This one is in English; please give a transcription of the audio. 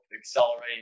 accelerate